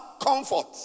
comfort